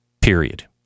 period